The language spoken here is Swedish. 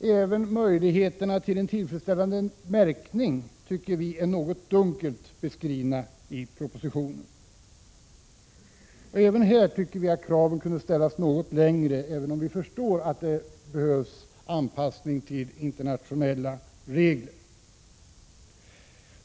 Även möjligheterna till en tillfredsställande märkning tycker vi är något dunkelt beskrivna i propositionen. Kraven bör ställas något högre, även om vi förstår att det krävs en anpassning till internationella regler.